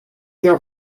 their